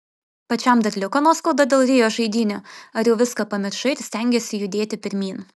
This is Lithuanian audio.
pačiam dar liko nuoskauda dėl rio žaidynių ar jau viską pamiršai ir stengiesi judėti pirmyn